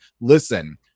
listen